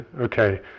okay